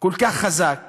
כל כך חזק